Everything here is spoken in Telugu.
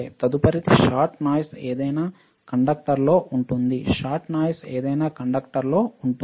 తదుపరిది షాట్ నాయిస్ ఏదైనా కండక్టర్లో ఉంటుంది షాట్ నాయిస్ ఏదైనా కండక్టర్లలో ఉంటుంది